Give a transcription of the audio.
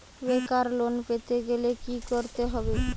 বেকার লোন পেতে গেলে কি করতে হবে?